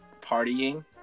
partying